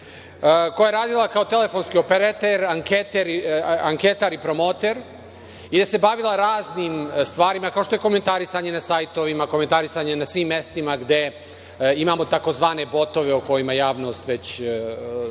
koja je radila kao telefonski operater, anketar i promoter, jer se bavila raznim stvarima kao što je komentarisanje na sajtovima, komentarisanje na svim mestima gde imamo tzv. botove o kojima javnost već dosta